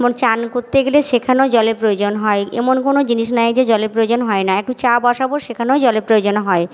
এবং স্নান করতে গেলে সেখানেও জলের প্রয়োজন হয় এমন কোনো জিনিস নেই যে জলের প্রয়োজন হয় না একটু চা বসাবো সেখানেও জলের প্রয়োজন হয়